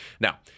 Now